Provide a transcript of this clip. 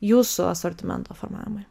jūsų asortimento formavimui